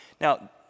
Now